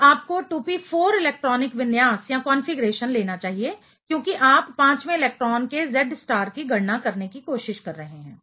तो आपको 2p4 electronic विन्यास कॉन्फ़िगरेशन लेना चाहिए क्योंकि आप पांचवें इलेक्ट्रॉन के Z स्टार की गणना करने की कोशिश कर रहे हैं